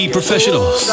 Professionals